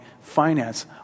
finance